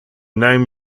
name